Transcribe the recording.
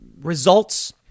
results